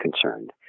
concerned